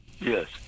Yes